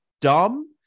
dumb